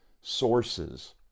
sources